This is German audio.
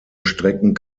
stecken